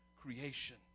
creation